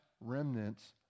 remnants